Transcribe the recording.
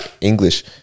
English